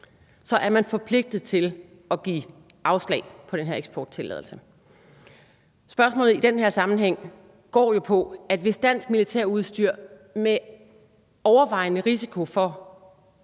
så er man forpligtet til at give afslag på den her eksporttilladelse. Spørgsmålet i den her sammenhæng går jo på, om det, hvis der er en overvejende risiko for,